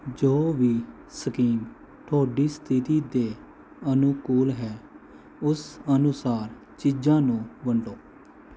ਜੋ ਵੀ ਸਕੀਮ ਤੁਹਾਡੀ ਸਥਿਤੀ ਦੇ ਅਨੁਕੂਲ ਹੈ ਉਸ ਅਨੁਸਾਰ ਚੀਜ਼ਾਂ ਨੂੰ ਵੰਡੋ